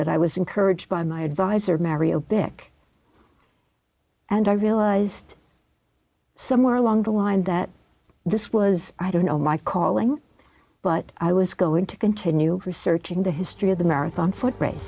that i was encouraged by my advisor mary a bit and i realized somewhere along the line that this was i don't know my calling but i was going to continue researching the history of the marathon foot race